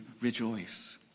rejoice